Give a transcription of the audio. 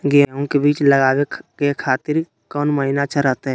गेहूं के बीज लगावे के खातिर कौन महीना अच्छा रहतय?